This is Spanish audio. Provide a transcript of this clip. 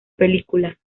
película